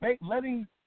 letting